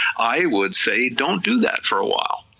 i would say don't do that for a while,